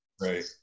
Right